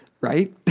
right